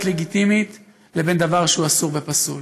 לגיטימית ובין דבר שהוא אסור ופסול.